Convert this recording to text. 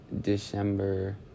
December